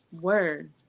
Word